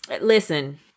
Listen